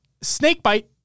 Snakebite